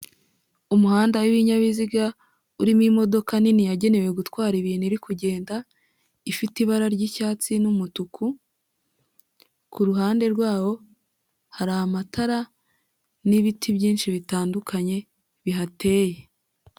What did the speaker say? Umuhanda w'ibinyabiziga urimo imodoka nini yagenewe gutwara ibintu iri kugenda, ifite ibara ry'icyatsi n'umutuku, ku ruhande rwawo hari amatara n'ibiti byinshi bitandukanye, bihateye.